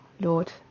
Lord